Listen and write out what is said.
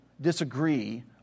disagree